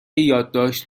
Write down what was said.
یادداشت